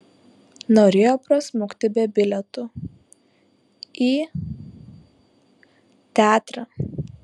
norėjo prasmukti be bilietų į teatrą